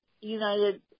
united